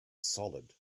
solid